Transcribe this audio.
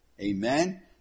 Amen